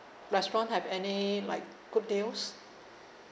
restaurant have any like good deals